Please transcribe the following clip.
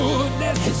Goodness